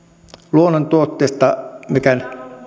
luonnontuotteesta mikä